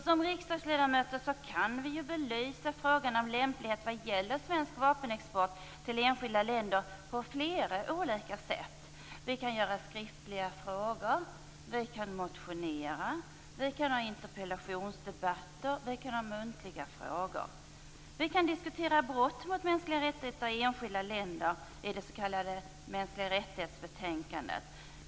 Som riksdagsledamöter kan vi ju belysa frågan om lämplighet vad gäller svensk vapenexport till enskilda länder på flera olika sätt. Vi kan ställa skriftliga frågor, vi kan motionera, vi kan ha interpellationsdebatter och vi kan ställa muntliga frågor. Vi kan diskutera brott mot mänskliga rättigheter i enskilda länder i det s.k. mänskliga rättighetsbetänkandet.